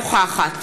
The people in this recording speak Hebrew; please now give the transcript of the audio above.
נוכחת